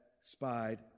spied